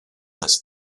das